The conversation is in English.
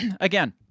again